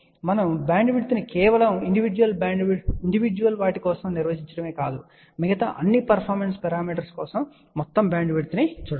మనము బ్యాండ్విడ్త్ను కేవలం ఇండివిడ్యువల్ వాటి కోసం నిర్వచించడమే కాదు మిగతా అన్ని పర్ఫామెన్స్ పెరామీటర్ కోసం మొత్తం బ్యాండ్విడ్త్ను చూడాలి